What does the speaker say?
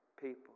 people